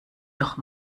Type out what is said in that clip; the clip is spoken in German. noch